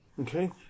Okay